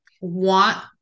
want